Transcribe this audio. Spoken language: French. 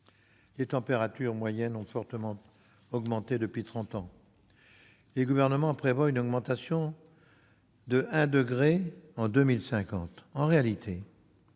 Les températures moyennes ont fortement augmenté depuis trente ans. Les gouvernements prévoient leur augmentation de 1 degré d'ici à 2050. En réalité,